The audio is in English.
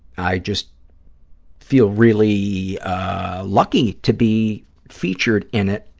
i just feel really lucky to be featured in it,